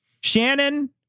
Shannon